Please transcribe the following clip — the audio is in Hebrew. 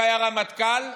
שהיה רמטכ"ל,